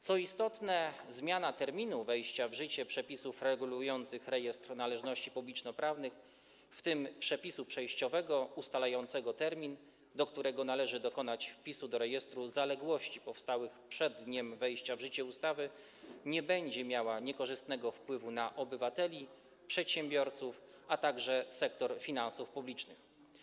Co istotne, zmiana terminu wejścia w życie przepisów regulujących Rejestr Należności Publicznoprawnych, w tym przepisu przejściowego ustalającego termin, do którego należy dokonać wpisu do rejestru zaległości powstałych przed dniem wejścia w życie ustawy, nie będzie miała niekorzystnego wpływu na obywateli, przedsiębiorców, a także sektor finansów publicznych.